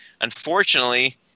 Unfortunately